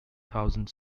thousand